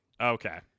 Okay